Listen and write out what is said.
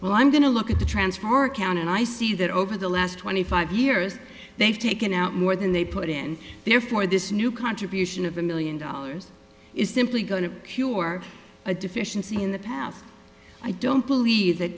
well i'm going to look at the transfer account and i see that over the last twenty five years they've taken out more than they put in therefore this new contribution of a million dollars is simply going to cure a deficiency in the past i don't believe that